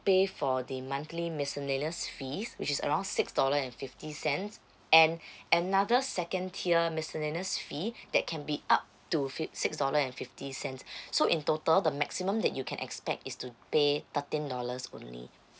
pay for the monthly miscellaneous fees which is around six dollar and fifty cents and another second tier miscellaneous fee that can be up to fif~ six dollar and fifty cents so in total the maximum that you can expect is to pay thirteen dollars only